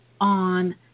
on